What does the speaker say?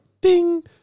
ding